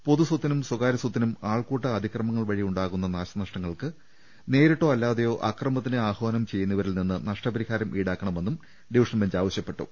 പൊതുസ്വത്തിനും സ്വകാര്യ സ്വത്തിനും ആൾക്കൂട്ട അതി ക്രമങ്ങൾ വഴി ഉണ്ടാകുന്ന നാശനഷ്ടങ്ങൾക്ക് നേരിട്ടോ അല്ലാതെയോ അക്ര മത്തിന് ആഹ്വാനം ചെയ്യുന്നവരിൽ നിന്ന് നഷ്ടപരിഹാരം ഈടാക്കണ മെന്നും ഡിവിഷൻ ബെഞ്ച് ആവശ്യപ്പെട്ടു